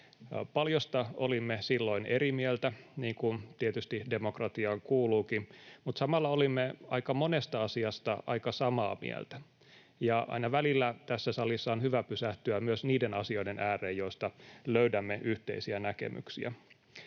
Paljosta olimme silloin eri mieltä, niin kuin tietysti demokratiaan kuuluukin, mutta samalla olimme aika monesta asiasta aika samaa mieltä, ja aina välillä tässä salissa on hyvä pysähtyä myös niiden asioiden ääreen, joista löydämme yhteisiä näkemyksiä.